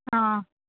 आ